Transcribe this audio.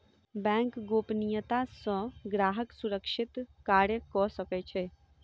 bank गोपनियता सॅ ग्राहक सुरक्षित कार्य कअ सकै छै